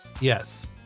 Yes